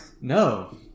No